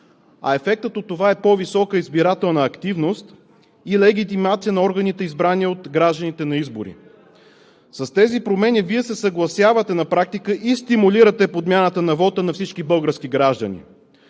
а ефектът от това е по-висока избирателна активност и легитимация на органите, избрани от гражданите на избори. С тези промени Вие се съгласявате на практика и стимулирате подмяната на вота на всички български граждани.